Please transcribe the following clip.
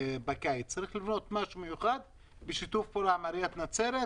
צריך לבנות משהו מיוחד בשיתוף פעולה עם עיריית נצרת,